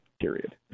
period